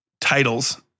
titles